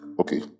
Okay